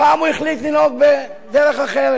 הפעם הוא החליט לנהוג בדרך אחרת.